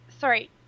sorry